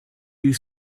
you